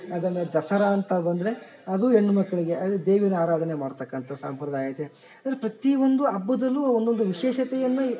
ಅದನ್ನು ದಸರಾ ಅಂತ ಬಂದರೆ ಅದು ಹೆಣ್ಣ್ ಮಕ್ಕಳಿಗೆ ಅದು ದೇವಿ ಆರಾಧನೆ ಮಾಡ್ತಕ್ಕಂಥ ಸಂಪ್ರದಾಯ ಐತೆ ಅದ್ರ ಪ್ರತಿಯೊಂದು ಹಬ್ಬದಲ್ಲೂ ಒಂದೊಂದು ವಿಶೇಷತೆಯನ್ನು